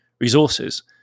resources